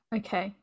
okay